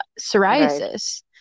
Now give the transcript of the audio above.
psoriasis